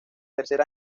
tercer